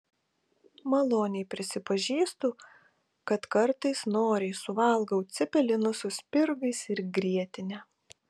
maloniai prisipažįstu kad kartais noriai suvalgau cepelinų su spirgais ir grietine